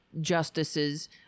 justices